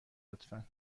لطفا